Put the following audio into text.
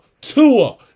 Tua